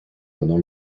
pendant